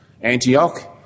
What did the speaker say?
Antioch